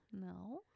No